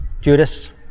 Judas